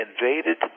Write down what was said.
invaded